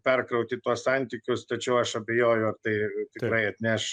perkrauti tuos santykius tačiau aš abejoju ar tai tikrai atneš